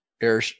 air